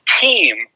team